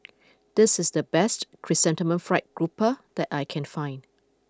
this is the best Chrysanthemum Fried Grouper that I can find